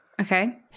Okay